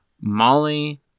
Molly